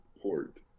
port